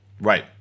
right